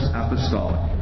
apostolic